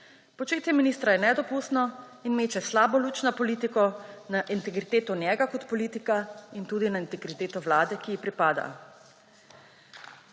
Početje ministra je nedopustno in meče slabo luč na politiko, na integriteto njega kot politika in tudi na integriteto vlade, ki ji pripada.